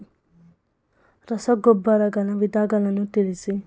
ರಸಗೊಬ್ಬರಗಳ ವಿಧಗಳನ್ನು ತಿಳಿಸಿ?